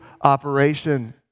operation